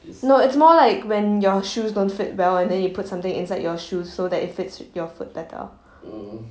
no it's more like when your shoes don't fit well and then you put something inside your shoes so that it fits your foot better